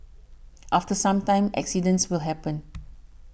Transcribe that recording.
after some time accidents will happen